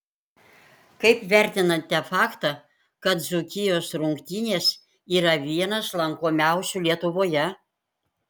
kaip vertinate faktą kad dzūkijos rungtynės yra vienas lankomiausių lietuvoje